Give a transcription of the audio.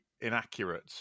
inaccurate